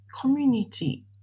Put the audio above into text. community